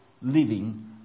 living